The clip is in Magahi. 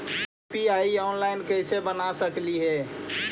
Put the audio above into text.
यु.पी.आई ऑनलाइन कैसे बना सकली हे?